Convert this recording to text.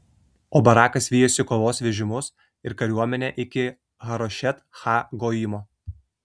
o barakas vijosi kovos vežimus ir kariuomenę iki harošet ha goimo